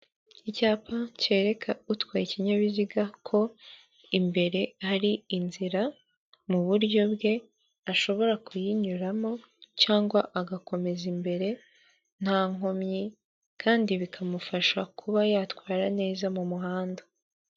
Icyapa cyereka utwaye ikinyabiziga ko imbere ari inzira, mu buryo bwe ashobora kuyinyuramo cyangwa agakomeza imbere nta nkomyi kandi bikamufasha kuba yatwara neza mu muhanda.